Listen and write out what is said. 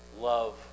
love